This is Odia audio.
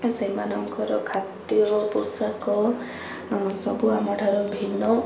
ସେମାନଙ୍କର ଖାଦ୍ୟ ପୋଷାକ ସବୁ ଆମଠାରୁ ଭିନ୍ନ